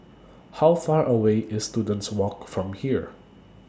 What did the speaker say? How Far away IS Students Walk from here